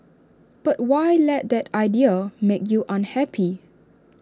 but why let that idea make you unhappy